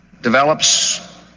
develops